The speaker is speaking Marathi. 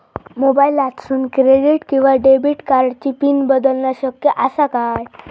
मोबाईलातसून क्रेडिट किवा डेबिट कार्डची पिन बदलना शक्य आसा काय?